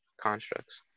constructs